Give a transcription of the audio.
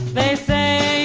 they say